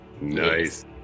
Nice